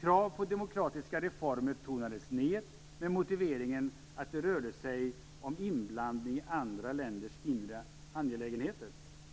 Krav på demokratiska reformer tonades ned med motiveringen att det rörde sig om inblandning i andra länders inre angelägenheter.